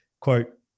quote